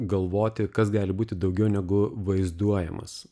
galvoti kas gali būti daugiau negu vaizduojamas